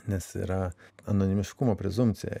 nes yra anonimiškumo prezumpcija